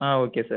ah okay sir